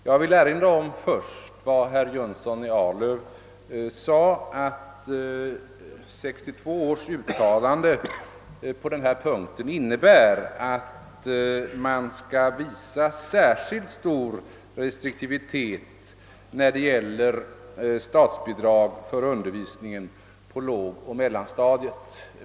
Jag vill först erinra om vad herr Jönsson i Arlöv sade, nämligen att 1962 års uttalande på denna punkt innebär att man bör visa särskilt stor restriktivitet i fråga om statsbidrag för undervisningen på lågoch mellanstadiet.